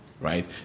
right